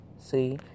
See